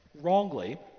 wrongly